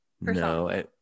No